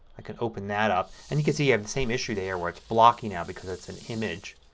i can open that up. and you can see you have that same issue there where it's blocking now because it's an image.